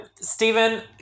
Stephen